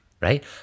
right